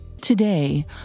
Today